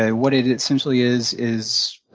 ah what it essentially is, is